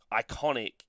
iconic